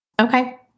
Okay